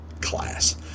class